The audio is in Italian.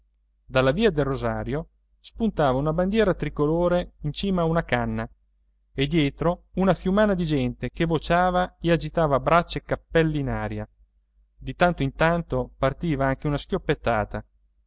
dalla via del rosario spuntava una bandiera tricolore in cima a una canna e dietro una fiumana di gente che vociava e agitava braccia e cappelli in aria di tanto in tanto partiva anche una schioppettata